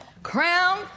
crown